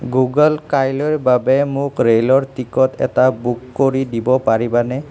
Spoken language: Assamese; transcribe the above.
গুগল কাইলৈৰ বাবে মোক ৰে'লৰ টিকট এটা বুক কৰি দিব পাৰিবানে